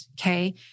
okay